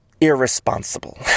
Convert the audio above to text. irresponsible